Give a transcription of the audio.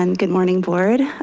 and good morning, board.